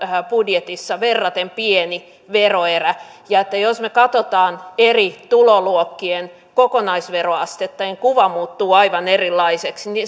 budjetissa verraten pieni veroerä ja jos me katsomme eri tuloluokkien kokonaisveroastetta niin kuva muuttuu aivan erilaiseksi